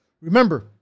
remember